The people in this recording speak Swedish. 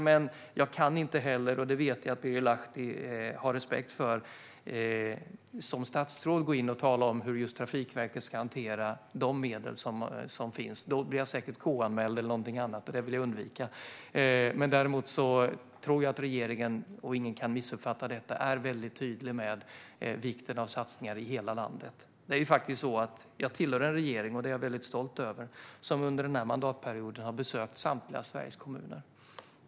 Men jag kan inte, och det vet jag att Birger Lahti har respekt för, som statsråd gå in och tala om hur Trafikverket ska hantera de medel som finns. Då blir jag säkert KU-anmäld eller något annat, och det vill jag undvika. Däremot tror jag att regeringen är väldigt tydlig med vikten av satsningar i hela landet - det kan ingen missuppfatta. Jag är stolt över att tillhöra en regering som under denna mandatperiod har besökt Sveriges samtliga kommuner.